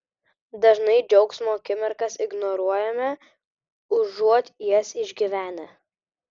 dažnai džiaugsmo akimirkas ignoruojame užuot jas išgyvenę